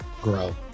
grow